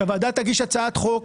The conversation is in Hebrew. שהוועדה תגיש הצעת חוק,